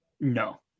No